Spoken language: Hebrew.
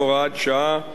הוראת שעה),